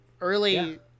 early